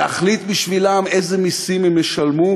להחליט בשבילם אילו מסים הם ישלמו,